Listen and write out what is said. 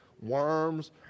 worms